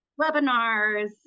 webinars